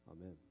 Amen